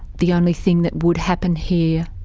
the only thing that would happen here,